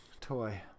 toy